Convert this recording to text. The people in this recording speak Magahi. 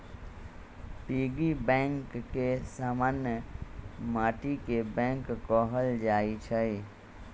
पिगी बैंक के समान्य माटिके बैंक कहल जाइ छइ